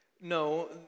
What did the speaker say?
No